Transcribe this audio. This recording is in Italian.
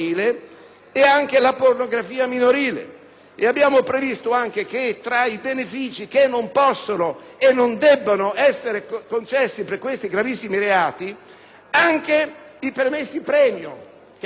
Abbiamo previsto inoltre che tra i benefici che non possono e non debbono essere concessi per questi gravissimi reati rientrino i permessi-premio, che invece nell'emendamento dei relatori